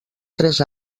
tres